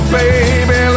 baby